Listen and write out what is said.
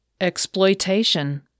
Exploitation